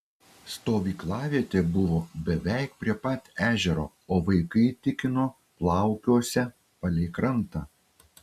stovyklavietė buvo beveik prie pat ežero o vaikai tikino plaukiosią palei krantą